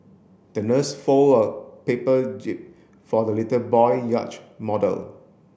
the nurse fold a paper jib for the little boy yacht model